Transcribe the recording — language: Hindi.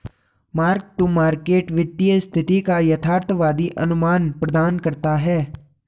मार्क टू मार्केट वित्तीय स्थिति का यथार्थवादी अनुमान प्रदान करता है